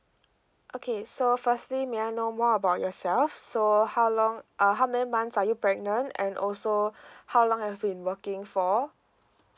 okay so firstly may I know more about yourself so how long uh how many months are you pregnant and also how long have been working for